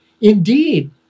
Indeed